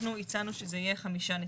אנחנו הצענו שזה יהיה חמישה נציגים.